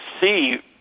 see